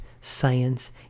science